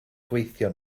gweithio